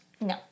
No